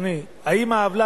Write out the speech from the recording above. היא עוולה